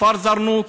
הכפר א-זרנוק,